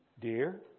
Dear